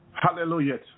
Hallelujah